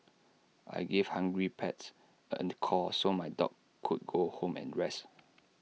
I gave hungry pets A call so my dog could go home and rest